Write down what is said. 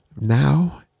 now